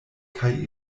kaj